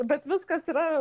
bet viskas yra